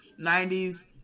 90s